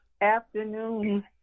afternoon